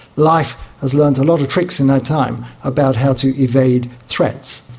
life has learned a lot of tricks in that time about how to evade threats.